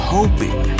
Hoping